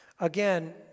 Again